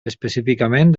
específicament